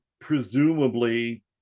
presumably